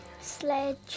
sledge